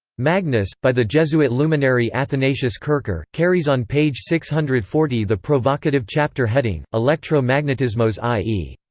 magnes, by the jesuit luminary athanasius kircher, carries on page six hundred forty the provocative chapter-heading elektro-magnetismos i e.